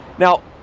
now,